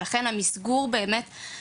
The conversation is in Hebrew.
לכן המסגור שצריך להיות לדעתי,